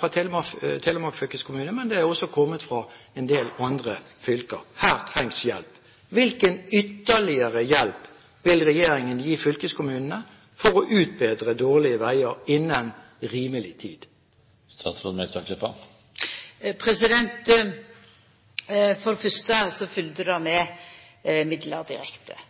fra Telemark fylkeskommune, men det er også kommet fra en del andre fylker – her trengs det hjelp. Hvilken ytterligere hjelp vil regjeringen gi fylkeskommunene for å utbedre dårlige veier innen rimelig tid? For det fyrste følgde det med midlar direkte til dei vegane som fylkeskommunane overtok, for det